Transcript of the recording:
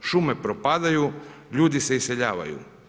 Šume propadaju, ljudi se iseljavaju.